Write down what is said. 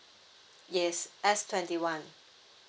yes S twenty one